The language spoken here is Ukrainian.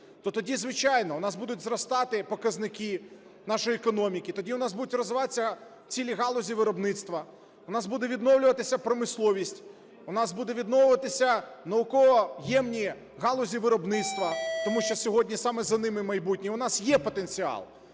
то тоді, звичайно, в нас будуть зростати показники нашої економіки, тоді в нас будуть розвиватися цілі галузі виробництва, в нас буде відновлюватися промисловість, в нас будуть відновлюватися наукоємні галузі виробництва, тому що сьогодні саме за ними майбутнє. В нас є потенціал.